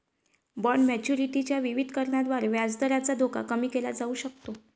bond maturity च्या विविधीकरणाद्वारे व्याजदराचा धोका कमी केला जाऊ शकतो